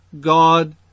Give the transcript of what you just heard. God